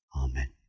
Amen